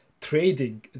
trading